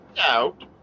out